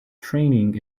training